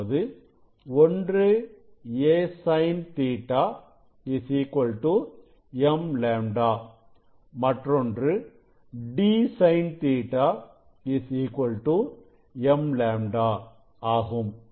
அதாவது ஒன்று a sin Ɵ m λ மற்றொன்று d sin Ɵ m λ ஆகும்